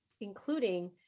including